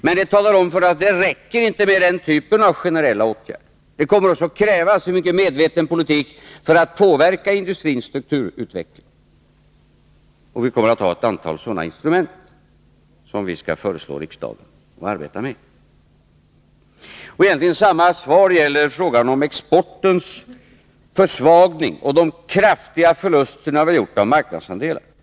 Men det talar om att det inte räcker med den typen av generella åtgärder. Det kommer också att krävas en mycket medveten politik för att påverka industrins strukturutveckling, och vi kommer att föreslå riksdagen ett antal sådana instrument att arbeta med. Samma svar gäller egentligen också frågan om exportens försvagning och de kraftiga förluster av marknadsandelar som vi gjort.